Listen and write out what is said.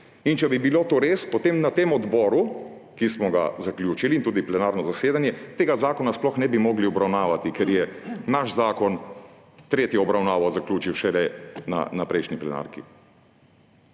ne. Če bi bilo to res, potem na tem odboru, ki smo ga zaključili, in tudi plenarno zasedanje, tega zakona sploh ne bi mogli obravnavati, ker je naš zakon tretjo obravnavo zaključil šele na prejšnji plenarki.